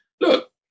look